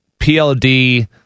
PLD